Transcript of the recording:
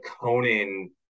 Conan